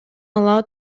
ала